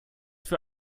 für